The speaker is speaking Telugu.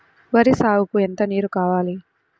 వరి సాగుకు ఎంత నీరు కావాలి?